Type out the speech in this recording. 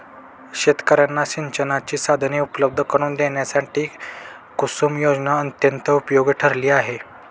शेतकर्यांना सिंचनाची साधने उपलब्ध करून देण्यासाठी कुसुम योजना अत्यंत उपयोगी ठरली आहे